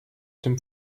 dem